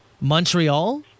Montreal